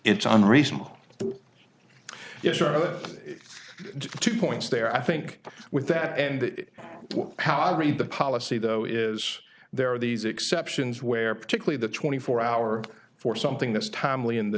it's unreasonable that it's worth two points there i think with that and that was how i read the policy though is there are these exceptions where particularly the twenty four hour for something that's timely in the